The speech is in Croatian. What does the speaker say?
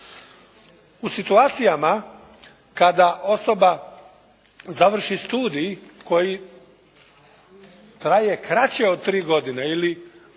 U situacijama kada osoba završi studij koji traje kraće od 3 godine ili